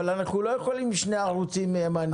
אנחנו לא יכולים שני ערוצים ימניים.